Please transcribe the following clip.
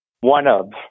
one-of